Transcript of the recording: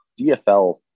DFL